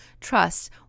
Trust